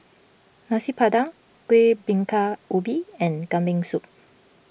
Nasi Padang Kuih Bingka Ubi and Kambing Soup